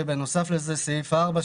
ובנוסף לזה יש את סעיף 4,